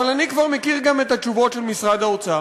אבל אני כבר מכיר גם את התשובות של משרד האוצר,